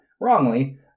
Wrongly